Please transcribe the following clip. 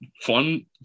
fun